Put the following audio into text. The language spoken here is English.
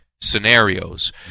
scenarios